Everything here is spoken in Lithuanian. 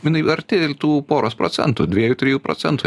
jinai arti il tų poros procentų dviejų trijų procentų